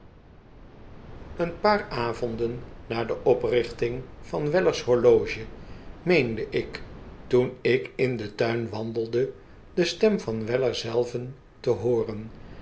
een paar avonden na de oprichting van weller's horloge meende ik toen ik in den tuin wandelde de stem van weller zelven te hooren